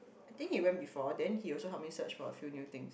I think he went before then he also help me search for a few new things